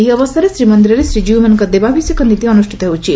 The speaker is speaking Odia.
ଏହି ଅବସରରେ ଶ୍ରୀମନ୍ଦିରରେ ଶ୍ରୀକୀଉମାନଙ୍କ ଦେବାଭିଷେକ ନୀତି ଅନୁଷ୍ଠିତ ହେଉଛି